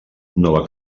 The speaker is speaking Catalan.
nova